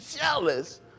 jealous